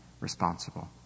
responsible